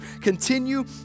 continue